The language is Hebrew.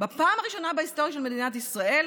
בפעם הראשונה בהיסטוריה של מדינת ישראל,